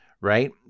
right